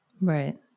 right